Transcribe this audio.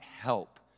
help